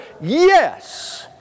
yes